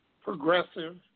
progressive